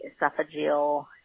esophageal